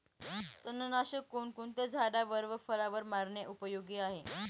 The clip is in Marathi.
तणनाशक कोणकोणत्या झाडावर व फळावर मारणे उपयोगी आहे?